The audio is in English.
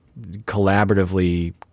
collaboratively